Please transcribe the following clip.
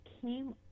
came